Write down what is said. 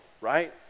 right